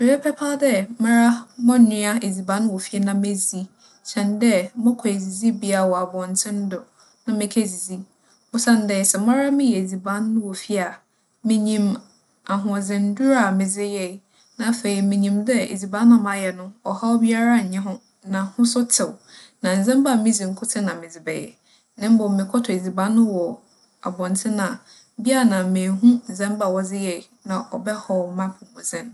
Mebɛpɛ paa dɛ mara mͻnoa edziban wͻ fie na medzi kyɛn dɛ mͻkͻ edzidzibea wͻ abͻntsen do na mekedidzi. Osiandɛ, sɛ mara meyɛ edziban no wͻ fie a, minyim ahoͻdzenndur a medze yɛe. Na afei minyim dɛ edziban no a mayɛ no, ͻhaw biara nnyi ho, na ho so tsew, na ndzɛmba a midzi nkotsee na medze bɛyɛ. Na mbom mokͻtͻ edziban no wͻ abͻntsen a, bi a na mennhu ndzɛmba a wͻdze yɛe, na ͻbɛhaw m'apͻwmudzen.